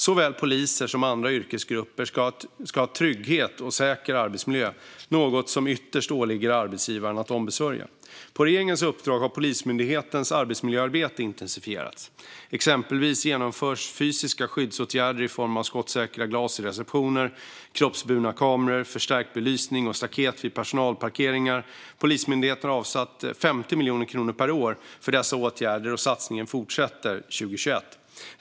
Såväl poliser som andra yrkesgrupper ska ha en trygg och säker arbetsmiljö, något som ytterst åligger arbetsgivaren att ombesörja. På regeringens uppdrag har Polismyndighetens arbetsmiljöarbete intensifierats. Exempelvis genomförs fysiska skyddsåtgärder i form av skottsäkra glas i receptioner, kroppsburna kameror, förstärkt belysning och staket vid personalparkeringar. Polismyndigheten har avsatt 50 miljoner kronor per år för dessa åtgärder, och satsningen fortsätter 2021.